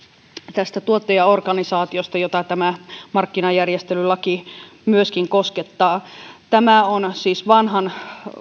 tästä tuottajaorganisaatiosta jota tämä markkinajärjestelylaki myöskin koskettaa tämä on siis vanhan